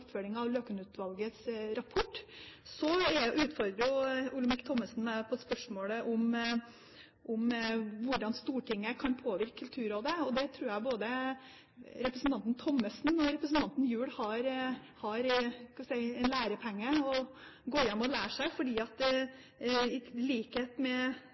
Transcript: av Løken-utvalgets rapport. Så utfordrer jo Olemic Thommessen meg på spørsmålet om hvordan Stortinget kan påvirke Kulturrådet. Der tror jeg både representanten Thommessen og representanten Gjul har fått en lærepenge, for i likhet med regjeringspartiene går også hans parti inn og